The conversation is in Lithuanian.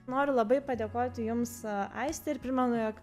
noriu labai padėkoti jums aiste ir primenu jog